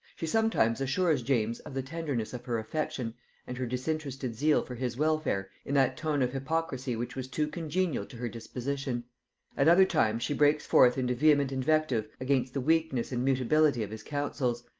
she sometimes assures james of the tenderness of her affection and her disinterested zeal for his welfare in that tone of hypocrisy which was too congenial to her disposition at other times she breaks forth into vehement invective against the weakness and mutability of his counsels,